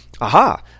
aha